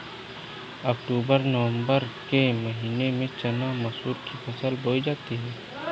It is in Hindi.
अक्टूबर नवम्बर के महीना में चना मसूर की फसल बोई जाती है?